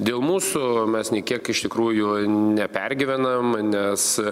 dėl mūsų mes nei kiek iš tikrųjų nepergyvenam nes